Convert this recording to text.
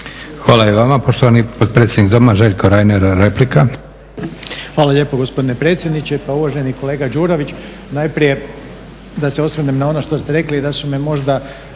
Hvala i vama. Poštovani potpredsjednik Doma, Željko Reiner, replika.